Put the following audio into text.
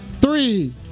Three